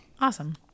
Awesome